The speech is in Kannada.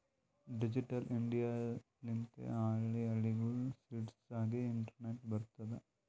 ಡಿಜಿಟಲ್ ಇಂಡಿಯಾ ಲಿಂತೆ ಹಳ್ಳಿ ಹಳ್ಳಿಗೂ ಸ್ಪೀಡ್ ಆಗಿ ಇಂಟರ್ನೆಟ್ ಬರ್ತುದ್